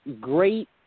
great